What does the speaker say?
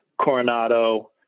Coronado